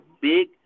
big